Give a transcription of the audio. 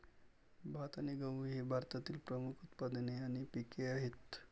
भात आणि गहू ही भारतातील प्रमुख उत्पादने आणि पिके आहेत